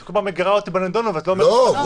את כל פעם מגרה אותי ב"נידונו" ולא אומרת מה הוחלט.